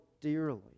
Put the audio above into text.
dearly